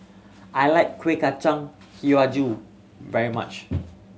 I like Kueh Kacang Hijau very much